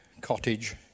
cottage